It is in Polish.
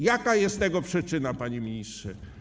Jaka jest tego przyczyna, panie ministrze?